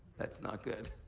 that's not good.